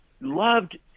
loved